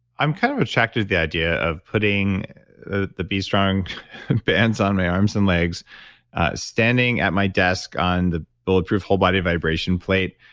i'm kind of attracted to the idea of putting ah the b strong bands on my arms and legs standing at my desk on the bulletproof whole body vibration plate,